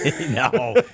No